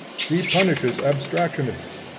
she punishes abstractionists,